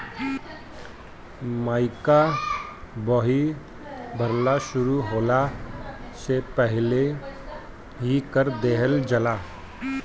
मकई कअ बोआई बरखा शुरू होखला से पहिले ही कर देहल जाला